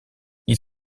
ils